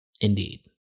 Indeed